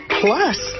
plus